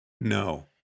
No